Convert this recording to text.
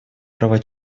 права